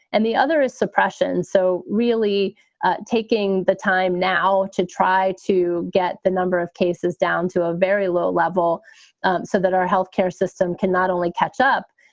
and the other is suppression. so really taking the time now to try to get the number of cases down to a very low level so that our health care system can not only catch up,